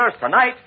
tonight